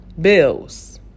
Bills